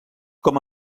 com